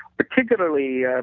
particularly, ah